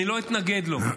אני לא אתנגד לו.